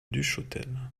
duchotel